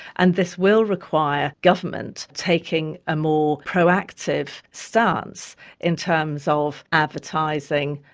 and this will require government taking a more proactive stance in terms of advertising,